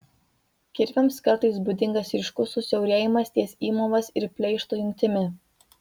kirviams kartais būdingas ryškus susiaurėjimas ties įmovos ir pleišto jungtimi